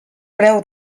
preu